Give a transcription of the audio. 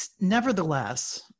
nevertheless